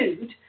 food